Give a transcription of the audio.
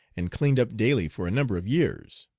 and cleaned up daily for a number of years.